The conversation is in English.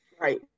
Right